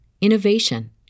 innovation